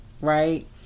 right